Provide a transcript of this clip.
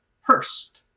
Hurst